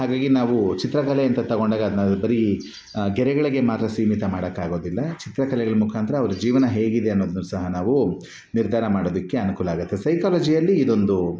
ಹಾಗಾಗಿ ನಾವು ಚಿತ್ರಕಲೆ ಅಂತ ತಗೊಂಡಾಗ ಅದನ್ನ ಬರೀ ಗೆರೆಗಳಿಗೆ ಮಾತ್ರ ಸೀಮಿತ ಮಾಡಕ್ಕೆ ಆಗೋದಿಲ್ಲ ಚಿತ್ರಕಲೆಗಳ ಮುಖಾಂತರ ಅವರ ಜೀವನ ಹೇಗಿದೆ ಅನ್ನೋದನ್ನು ಸಹ ನಾವು ನಿರ್ಧಾರ ಮಾಡೊದಕ್ಕೆ ಅನುಕೂಲ ಆಗುತ್ತೆ ಸೈಕಾಲಜಿಯಲ್ಲಿ ಇದೊಂದು